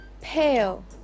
Pale